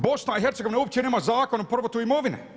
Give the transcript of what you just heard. BiH uopće nema Zakon o povratu imovine.